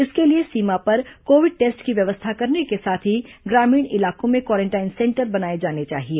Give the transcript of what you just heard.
इसके लिए सीमा पर कोविड टेस्ट की व्यवस्था करने के साथ ही ग्रामीण इलाकों में क्वारेंटाइन सेंटर बनाए जाने चाहिए